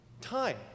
time